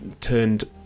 turned